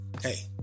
Hey